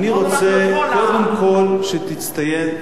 אני רוצה קודם כול שתצטייד,